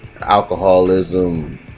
alcoholism